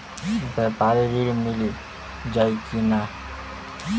व्यापारी ऋण मिल जाई कि ना?